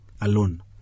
alone